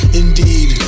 indeed